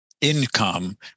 income